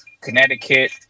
Connecticut